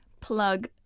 plug